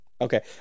okay